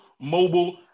mobile